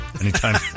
Anytime